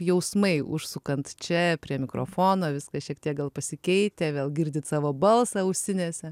jausmai užsukant čia prie mikrofono viskas šiek tiek gal pasikeitę vėl girdit savo balsą ausinėse